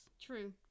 True